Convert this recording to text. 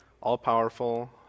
all-powerful